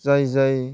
जाय जाय